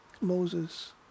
Moses